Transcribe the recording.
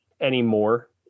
anymore